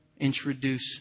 introduce